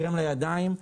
קרם לידיים,